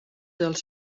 dels